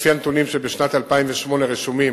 לפי הנתונים, בשנת 2008 רשומים